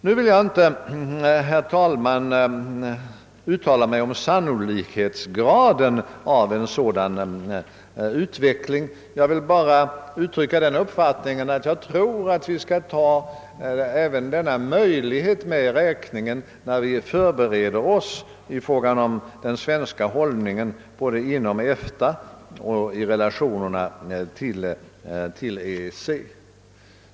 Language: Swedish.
Jag vill inte, herr talman, uttala mig om sannolikhetsgraden av en sådan utveckling; jag vill bara uttrycka den uppfattningen att jag tror att vi skall ta även denna möjlighet med i beräkningen när vi förbereder oss i fråga om den svenska hållningen både inom EFTA och i relationerna till EEC.